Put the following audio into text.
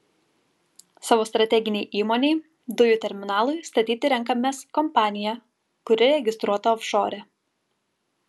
savo strateginei įmonei dujų terminalui statyti renkamės kompaniją kuri registruota ofšore